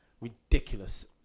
ridiculous